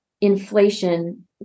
inflation